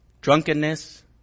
drunkenness